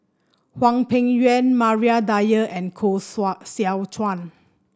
Hwang Peng Yuan Maria Dyer and Koh Seow Chuan